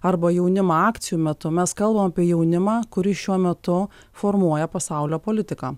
arba jaunimą akcijų metu mes kalbam apie jaunimą kuris šiuo metu formuoja pasaulio politiką